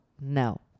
No